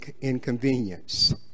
inconvenience